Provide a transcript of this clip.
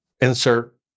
insert